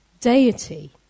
deity